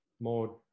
more